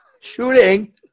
shooting